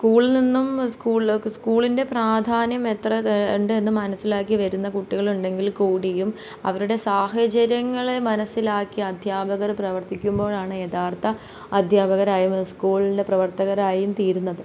സ്കൂളിൽ നിന്നും സ്കൂള്ലേക്ക് സ്കൂളിൻ്റെ പ്രാധാന്യം എത്ര ഉണ്ട് എന്ന് മനസ്സിലാക്കി വരുന്ന കുട്ടികൾ ഉണ്ടെങ്കിൽ കൂടിയും അവരുടെ സാഹചര്യങ്ങളെ മനസ്സിലാക്കി അധ്യാപകർ പ്രവർത്തിക്കുമ്പോഴാണ് യഥാർത്ഥ അധ്യാപകരായ സ്കൂളിൻ്റെ പ്രവർത്തകരായും തീരുന്നത്